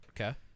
Okay